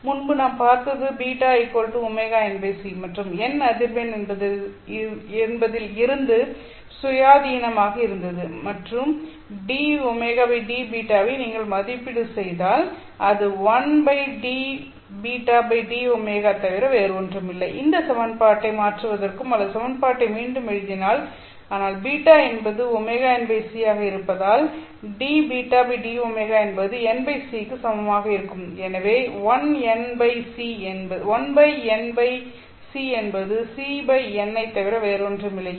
முன்பு நாம் பார்த்தது βωnc மற்றும் n அதிர்வெண் என்பதிலிருந்து சுயாதீனமாக இருந்தது dω dβ ஐ நீங்கள் மதிப்பீடு செய்தால் அது 1dβdω தவிர வேறு ஒன்றும் இல்லை இந்த சமன்பாட்டை மாற்றுவதற்கும் அல்லது சமன்பாட்டை மீண்டும் எழுதினால் ஆனால் β என்பது ωnc ஆக இருப்பதால் dβdω என்பது nc க்கு சமமாக இருக்கும் எனவே 1nc என்பது cn ஐத் தவிர வேறில்லை